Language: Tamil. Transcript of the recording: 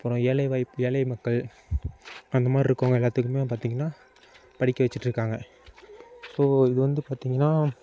அப்புறம் ஏழைவாய்ப் ஏழை மக்கள் அந்த மாதிரி இருக்கறவங்க எல்லாத்துக்குமே பார்த்தீங்கன்னா படிக்க வெச்சிட்டு இருக்காங்க ஸோ இது வந்து பார்த்தீங்கன்னா